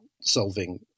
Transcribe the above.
solving